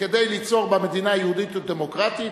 וכדי ליצור בה מדינה יהודית ודמוקרטית,